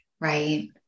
right